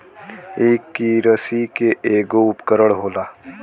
इ किरसी के ऐगो उपकरण होला